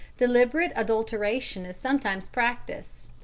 deliberate adulteration is sometimes practised.